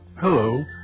Hello